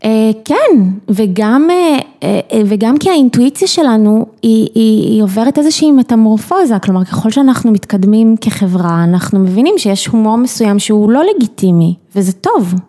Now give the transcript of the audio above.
כן, וגם כי האינטואיציה שלנו היא עוברת איזושהי מטמורפוזה, כלומר ככל שאנחנו מתקדמים כחברה אנחנו מבינים שיש הומור מסוים שהוא לא לגיטימי, וזה טוב.